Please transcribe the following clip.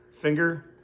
finger